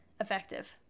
effective